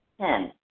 Ten